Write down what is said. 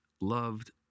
loved